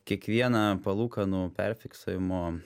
kiekvieną palūkanų perfiksavimo